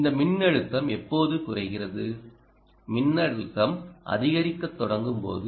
இந்த மின்னழுத்தம் எப்போது குறைகிறது மின்னோட்டம் அதிகரிக்கத் தொடங்கும் போது